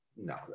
No